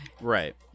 Right